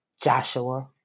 Joshua